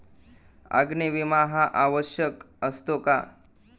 अग्नी विमा हा आवश्यक असतो का?